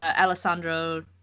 Alessandro